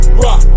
rock